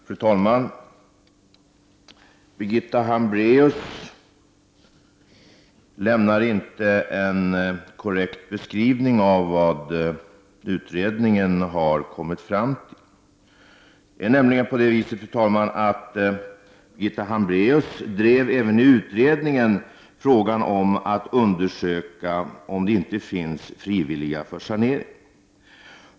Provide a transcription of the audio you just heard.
Fru talman! Birgitta Hambraeus lämnar inte en korrekt beskrivning av vad utredningen har kommit fram till. Det är nämligen på det viset, fru talman, att Birgitta Hambraeus även i utredningen drev frågan om att undersöka om det inte finns frivilliga för sanering.